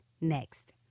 next